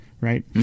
right